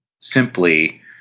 simply